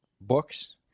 books